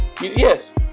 Yes